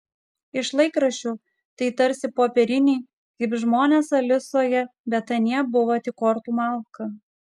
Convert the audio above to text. iš laikraščių tai tarsi popieriniai kaip žmonės alisoje bet anie buvo tik kortų malka